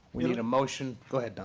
we need a motion go ahead, don.